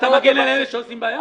אתה מגן על אלה שעושים בעיות?